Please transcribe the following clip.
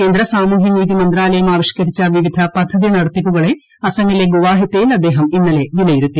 കേന്ദ്ര സാമൂഹ്യനീതി മന്ത്രാലയം ആവിഷ്ക്കരിച്ച വിവിധ പദ്ധതി നടത്തിപ്പുകളെ അദ്ദേഹം അസമിലെ ഗുവാഹത്തിയിൽ ഇന്നലെ വിലയിരുത്തി